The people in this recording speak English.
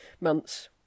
months